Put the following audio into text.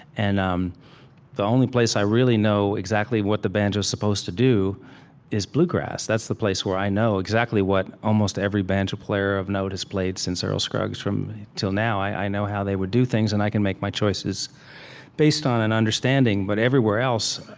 and um the only place i really know exactly what the banjo is supposed to do is bluegrass. that's the place where i know exactly what almost every banjo player of note has played since earl scruggs till now. i know how they would do things, and i can make my choices based on an understanding but everywhere else,